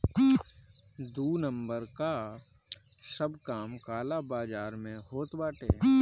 दू नंबर कअ सब काम काला बाजार में होत बाटे